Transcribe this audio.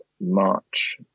March